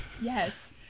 Yes